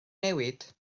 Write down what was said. newid